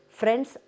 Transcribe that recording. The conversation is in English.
friends